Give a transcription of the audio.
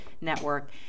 network